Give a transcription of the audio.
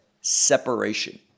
separation